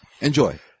Enjoy